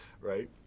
right